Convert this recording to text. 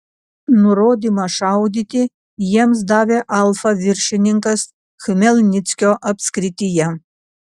nurodymą šaudyti jiems davė alfa viršininkas chmelnyckio apskrityje